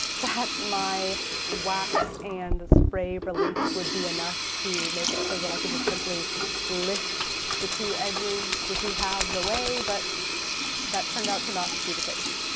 that my wax and spray release would be enough to make it so that i could just simply lift the two edges, the two halves away, but that turned out to not be the case.